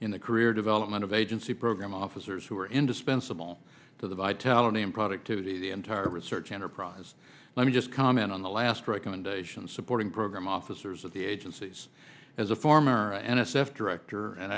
in the career development of agency program officers who are indispensable to the vitality and productivity of the entire research enterprise let me just comment on the last recommendation supporting program officers of the agencies as a former n s f director and